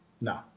no